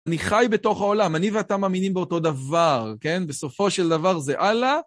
אני חי בתוך העולם, אני ואתה מאמינים באותו דבר, כן? בסופו של דבר זה הלאה.